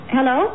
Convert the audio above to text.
Hello